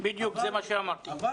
אבל